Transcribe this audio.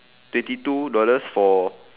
twenty two dollars for